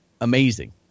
amazing